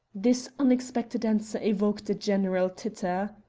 this unexpected answer evoked a general titter.